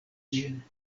ĝin